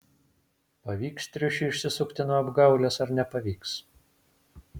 pavyks triušiui išsisukti nuo apgaulės ar nepavyks